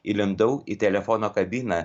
įlindau į telefono kabiną